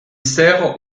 sert